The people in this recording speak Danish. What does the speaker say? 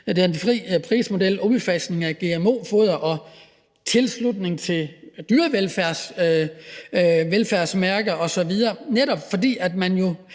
til den fri prismodel, udfasning af gmo-foder, tilslutning til dyrevelfærdsmærke osv., netop fordi man jo